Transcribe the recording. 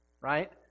right